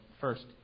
first